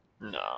no